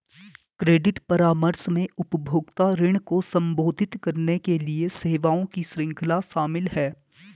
credit परामर्श में उपभोक्ता ऋण को संबोधित करने के लिए सेवाओं की श्रृंखला शामिल है